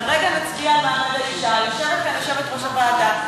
כרגע נצביע על העברה לוועדה למעמד האישה.